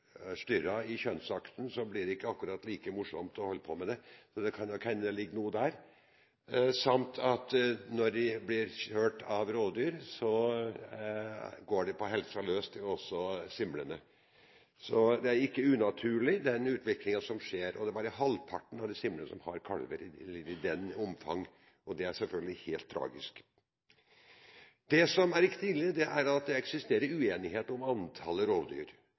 i kjønnsakten, blir det ikke akkurat like morsomt å holde på, så det kan nok hende det ligger noe der, samt at når de blir jaget av rovdyr, går det på helsa løs også for simlene. Så den utviklingen som skjer, er ikke unaturlig. Det er bare halvparten av disse simlene som har kalver, og det er selvfølgelig helt tragisk. Det som er riktig ille, er at det eksisterer uenighet om antallet rovdyr.